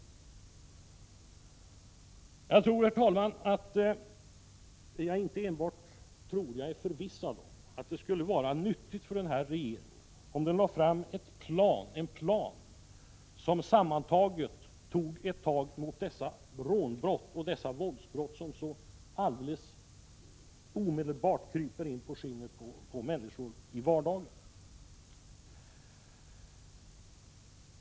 Och jag inte bara tror, herr talman, utan jag är förvissad om att det skulle vara nyttigt för denna regering om den lade fram en plan där det i ett sammanhang togs ett tag mot dessa rånbrott och våldsbrott som så alldeles omedelbart kryper inpå skinnet på människor i vardagen.